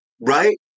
Right